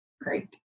Great